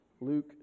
Luke